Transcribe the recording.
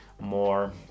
more